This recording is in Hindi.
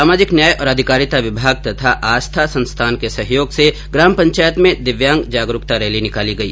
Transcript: सामाजिक न्याय और अधिकारिता विभाग तथा आस्था संस्थान के सहयोग से ग्राम पंचायत में दिव्यांग जागरूकता रैली निकाली गई